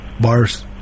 Bars